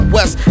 West